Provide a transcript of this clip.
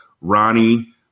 Ronnie